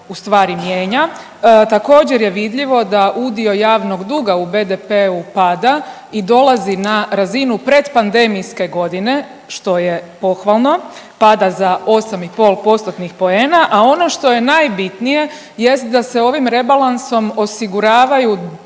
u stvari mijenja. Također je vidljivo da udio javnog duga u BDP-u pada i dolazi na razinu predpandemijske godine što je pohvalno, pada za 8 i pol postotnih poena, a ono što je najbitnije jest da se ovim rebalansom osiguravaju sredstva